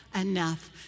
enough